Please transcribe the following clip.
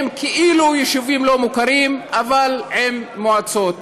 הם כאילו יישובים לא מוכרים אבל עם מועצות.